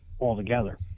altogether